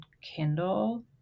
Kindle